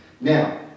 Now